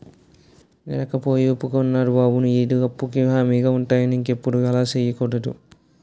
నేరకపోయి ఒప్పుకున్నారా బాబు ఈడి అప్పుకు హామీగా ఉంటానని ఇంకెప్పుడు అలా సెయ్యకూడదు